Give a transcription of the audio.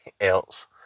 else